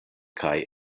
kaj